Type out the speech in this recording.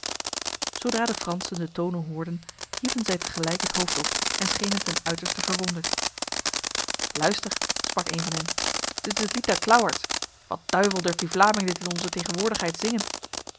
zodra de fransen de tonen hoorden hieven zij tegelijk het hoofd op en schenen ten uiterste verwonderd luister sprak een van hen dit is het lied der klauwaards wat duivel durft die vlaming dit in onze tegenwoordigheid zingen